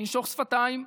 ננשוך שפתיים,